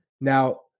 now